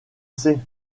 sais